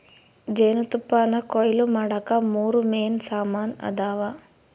ಜೇನುತುಪ್ಪಾನಕೊಯ್ಲು ಮಾಡಾಕ ಮೂರು ಮೇನ್ ಸಾಮಾನ್ ಅದಾವ